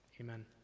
Amen